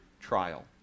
trial